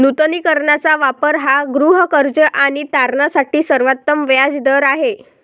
नूतनीकरणाचा वापर हा गृहकर्ज आणि तारणासाठी सर्वोत्तम व्याज दर आहे